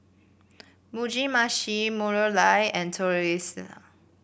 Mugi Meshi Masoor Dal and Tortillas